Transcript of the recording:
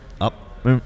up